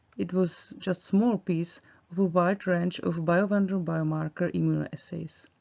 it was just small piece of a wide range of biovendor biomarker immunoassays.